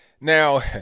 Now